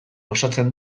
osatzen